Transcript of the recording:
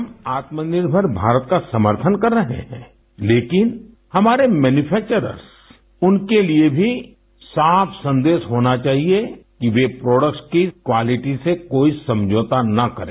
हम आत्मनिर्भर भारत का समर्थन कर रहे हैं लेकिन हमारे मैन्यूफेक्चर्रस उनके लिए भी साफ सन्देश होना चाहिए कि वे प्रोडक्ट्स की क्वालिटी से कोई समझौता न करें